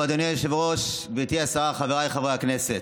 אדוני היושב-ראש, גברתי השרה, חבריי חברי הכנסת,